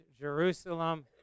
Jerusalem